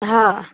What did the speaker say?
हा